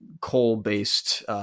coal-based